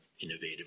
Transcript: innovative